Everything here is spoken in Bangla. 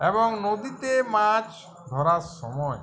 এবং নদীতে মাছ ধরার সময়